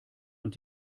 und